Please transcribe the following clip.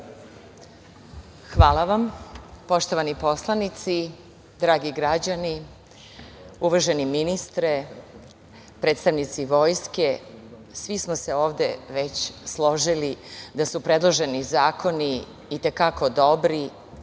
Hvala vam. Poštovani poslanici, dragi građani, uvaženi ministre, predstavnici vojske, svi smo se ovde već složili da su predloženi zakoni i te kako dobri,